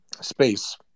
space